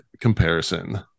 comparison